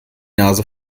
nase